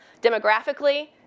Demographically